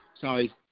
Sorry